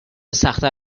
سختتر